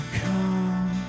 come